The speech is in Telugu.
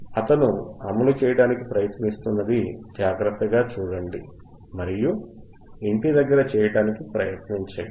అతను అమలు చేయడానికి ప్రయత్నిస్తున్నది జాగ్రత్తగా చూడండి మరియు ఇంటి దగ్గర చేయడానికి ప్రయత్నించండి